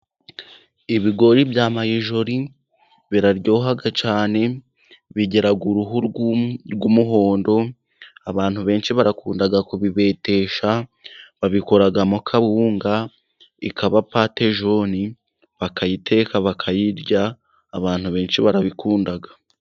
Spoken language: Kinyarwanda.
Ibigori bya mayizori biraryoha cyane, bigira uruhu rw'umuhondo, abantu benshi bakunda kubibetesha babikoramo kawunga ikaba pate jone, bakayiteka bakayirya abantu benshi barabikunda.